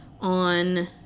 on